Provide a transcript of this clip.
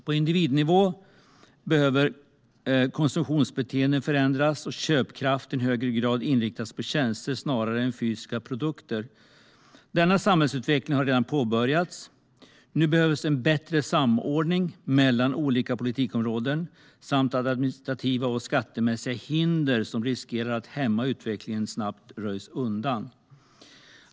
På individnivå behöver konsumtionsbeteenden förändras och köpkraften i högre grad inriktas på tjänster snarare än fysiska produkter. Denna samhällsutveckling har redan påbörjats. Nu behövs en bättre samordning mellan olika politikområden samt att administrativa och skattemässiga hinder som riskerar att hämma utvecklingen snabbt röjs undan.